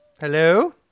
Hello